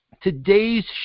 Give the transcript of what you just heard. Today's